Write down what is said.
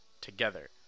together